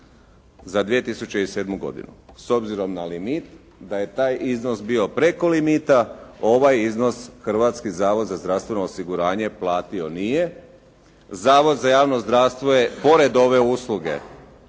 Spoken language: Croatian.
za 2007. godinu, s obzirom na limit da je taj iznos bio preko limita ovaj iznos Hrvatski zavod za zdravstveno osiguranje platio nije. Zavod za javno zdravstvo je pored ove usluge